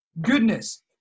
goodness